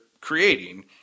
creating